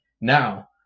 now